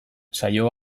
saio